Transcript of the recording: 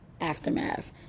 aftermath